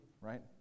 right